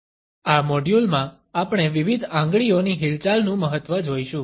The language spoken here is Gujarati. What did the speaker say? આ મોડ્યુલમાં આપણે વિવિધ આંગળીઓની હિલચાલ નું મહત્વ જોઈશું